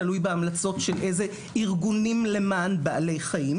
תלוי בהמלצות של איזה ארגונים למען בעלי חיים,